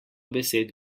besed